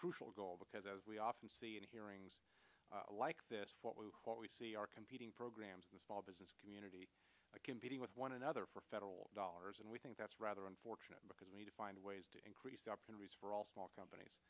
crucial goal because as we often see in hearings like this what we what we see are competing programs the small business community competing with one another for federal dollars and we think that's rather unfortunate because we need to find ways to increase opportunities for all small companies